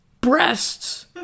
Breasts